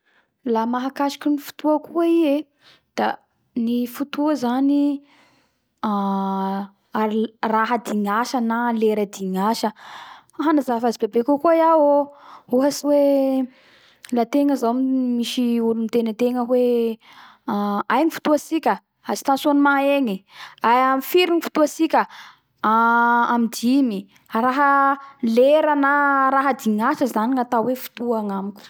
La mahakasiky ny fotoa koa i e da ny fotoa da ny fotoa zany aann raha dignasa na lera dignasa hanazava azy bebe kokoa iaho o ohatsy hoe la tegna zao misy olo miteny ategna hoe an aia ny fotoa tsika: Stationnement egny; amy firy fotoa tsika ann amy dimy raha lera na raha dignasa zany zay gnatao fotoa agnamiko